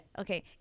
Okay